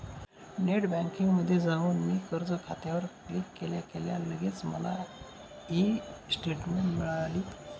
net बँकिंगमध्ये जाऊन मी कर्ज खात्यावर क्लिक केल्या केल्या लगेच मला ई स्टेटमेंट मिळाली